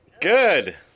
Good